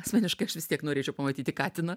asmeniškai aš vis tiek norėčiau pamatyti katiną